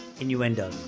Innuendo